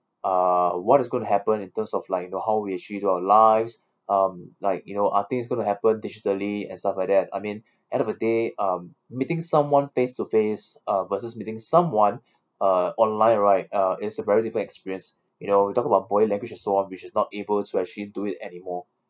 err what is going to happen in terms of like you know how we actually do our lives um like you know are things going to happen digitally and stuff like that I mean end of the day um meeting someone face to face uh versus meeting someone uh online right uh is a very different experience you know you talking about body language and so on which is not able to actually do it anymore